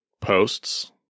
posts